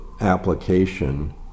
application